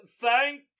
Thank